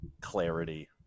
clarity